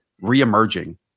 re-emerging